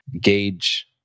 gauge